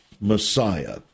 messiah